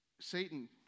Satan